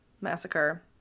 Massacre